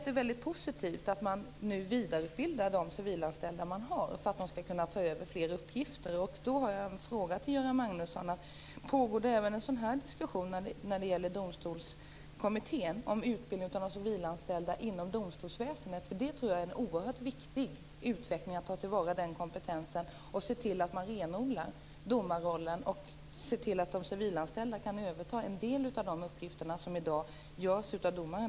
Det är väldigt positivt att man nu vidareutbildar de civilanställda som finns inom polisen för att ta över flera uppgifter. Jag har en fråga till Göran Magnusson: Pågår det en liknande diskussion om utbildning av de civilanställda även inom domstolsväsendet? Jag tror att det är oerhört viktigt att ta tillvara den kompetensen, se till att domarrollen renodlas och att de civilanställda kan överta en del av de uppgifter som i dag utförs av domaren.